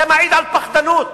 זה מעיד על פחדנות.